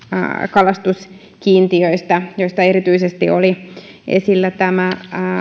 kalastuskiintiöistä joista erityisesti oli esillä tämä